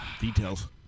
details